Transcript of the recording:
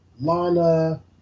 Lana